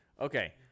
Okay